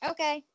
Okay